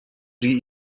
sie